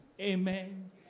Amen